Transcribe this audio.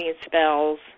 spells